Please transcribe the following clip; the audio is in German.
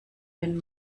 wenn